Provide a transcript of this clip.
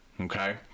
Okay